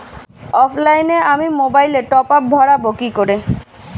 অফলাইনে আমি মোবাইলে টপআপ ভরাবো কি করে?